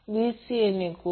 आणि हा Z 2